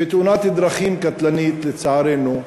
בתאונת דרכים קטלנית, לצערנו.